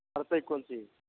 पढ़तै कोन चीज